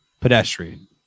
pedestrian